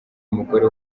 umugore